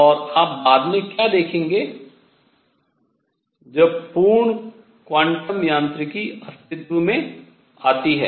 और आप बाद में क्या देखेंगे जब पूर्ण क्वांटम यांत्रिकी अस्तित्व में आती है